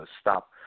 stop